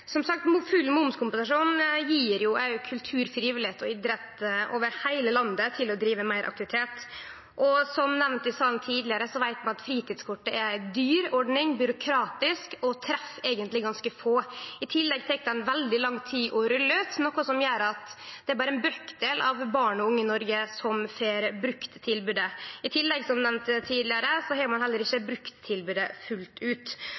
Som sagt: Ein full momskompensasjon gjev kultur, frivilligheit og idrett over heile landet moglegheit til å drive meir aktivitet. Som nemnt i salen tidlegare veit vi at fritidskortet er ei dyr og byråkratisk ordning og treffer eigentleg ganske få. I tillegg tek ho veldig lang tid å rulle ut, noko som gjer at det berre er ein brøkdel av barn og unge i Noreg som får brukt tilbodet. I tillegg har ein, som nemnt tidlegare, heller ikkje brukt tilbodet fullt ut.